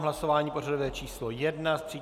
Hlasování pořadové číslo 1.